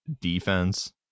defense